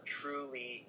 truly